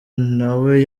nawe